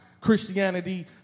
Christianity